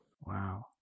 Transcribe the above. wow